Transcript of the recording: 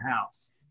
house